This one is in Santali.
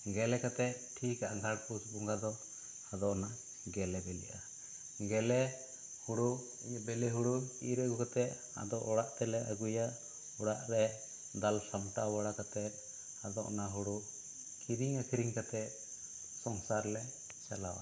ᱜᱮᱞᱮ ᱠᱟᱛᱮᱫ ᱴᱷᱤᱠ ᱟᱸᱜᱷᱟᱲ ᱯᱩᱥ ᱵᱚᱸᱜᱟ ᱫᱚ ᱟᱫᱚ ᱚᱱᱟ ᱜᱮᱞᱮ ᱵᱮᱞᱮᱜ ᱟ ᱜᱮᱞᱮ ᱦᱩᱲᱩ ᱵᱮᱞᱮ ᱦᱩᱲᱩ ᱤᱨ ᱟᱹᱜᱩ ᱠᱟᱛᱮᱫ ᱟᱫᱚ ᱚᱲᱟᱜ ᱛᱮᱞᱮ ᱟᱹᱜᱩᱭᱟ ᱟᱲᱟᱜ ᱨᱮ ᱫᱟᱞ ᱥᱟᱢᱴᱟᱣ ᱵᱟᱲᱟ ᱠᱟᱛᱮᱫ ᱟᱫᱚ ᱚᱱᱟ ᱦᱩᱲᱩ ᱠᱤᱨᱤᱧ ᱟᱹᱠᱷᱨᱤᱧ ᱠᱟᱛᱮᱫ ᱥᱚᱝᱥᱟᱨ ᱞᱮ ᱪᱟᱞᱟᱣᱟ